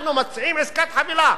אנחנו מציעים עסקת חבילה.